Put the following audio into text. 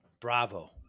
Bravo